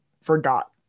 forgot